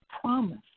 promise